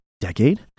decade